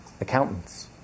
accountants